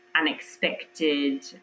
unexpected